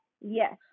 Yes